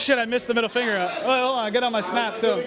should i miss the middle finger well i get on my snap so